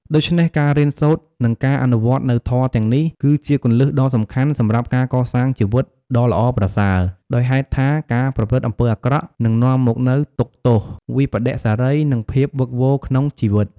ដូច្នេះ ការរៀនសូត្រ និងការអនុវត្តនូវធម៌ទាំងនេះ គឺជាគន្លឹះដ៏សំខាន់សម្រាប់ការកសាងជីវិតដ៏ល្អប្រសើរ ដោយហេតុថាការប្រព្រឹត្តអំពើអាក្រក់នឹងនាំមកនូវទុក្ខទោស វិប្បដិសារី និងភាពវឹកវរក្នុងជីវិត។